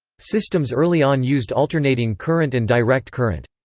systems early on used alternating current and direct current.